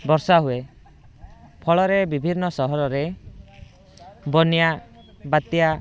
ବର୍ଷା ହୁଏ ଫଳରେ ବିଭିନ୍ନ ସହରରେ ବନ୍ୟା ବାତ୍ୟା